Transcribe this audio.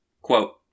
Quote